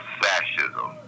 fascism